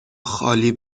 خالی